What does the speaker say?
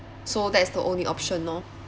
so that's the only option lor